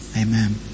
Amen